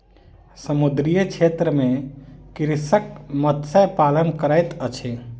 समुद्रीय क्षेत्र में कृषक मत्स्य पालन करैत अछि